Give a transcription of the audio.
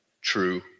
true